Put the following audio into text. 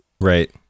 right